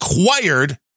acquired